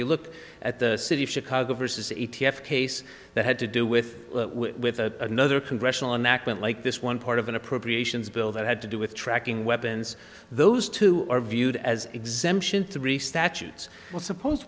you look at the city of chicago versus a t f case that had to do with with a nother congressional enactment like this one part of an appropriations bill that had to do with tracking weapons those two are viewed as exemption three statutes well suppose